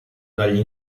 dagli